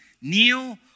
Kneel